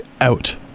out